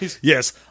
yes